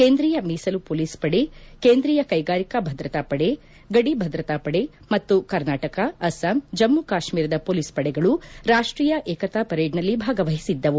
ಕೇಂದ್ರೀಯ ಮೀಸಲು ಪೊಲೀಸ್ ಪಡೆ ಕೇಂದ್ರೀಯ ಕೈಗಾರಿಕಾ ಭದ್ರತಾ ಪಡೆ ಗದಿ ಭದ್ರತಾ ಪಡೆ ಮತ್ತು ಕರ್ನಾಟಕ ಅಸ್ಪಾಂ ಜಮ್ಮು ಕಾಶ್ಮೀರದ ಪೊಲೀಸ್ ಪಡೆಗಳು ರಾಷ್ಟೀಯ ಏಕತಾ ಪರೇಡ್ನಲ್ಲಿ ಭಾಗವಹಿಸಿದ್ದವು